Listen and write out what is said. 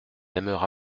aimera